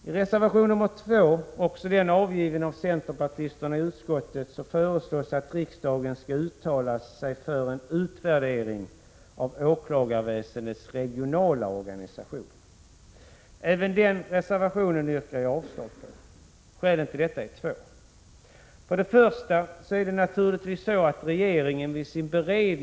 I reservation nr 2, också den avgiven av centerpartisterna i utskottet, föreslås att riksdagen skall uttala sig för en utvärdering av åklagarväsendets regionala organisation. Även den reservationen yrkar jag avslag på. Skälen till detta är två. För det första är det naturligtvis så att regeringen vid sin beredning av Prot.